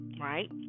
right